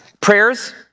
Prayers